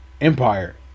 Empire